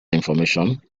information